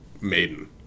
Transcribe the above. Maiden